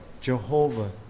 Jehovah